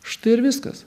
štai ir viskas